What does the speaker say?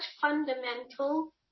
fundamental